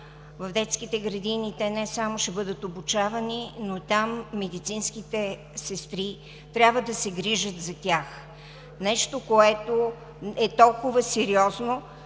в детските градини, те не само ще бъдат обучавани, но там медицинските сестри трябва да се грижат за тях – нещо, което е толкова сериозно,